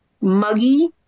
muggy